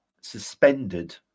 suspended